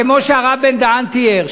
כמו שהרב בן-דהן תיאר,